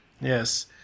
Yes